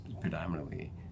predominantly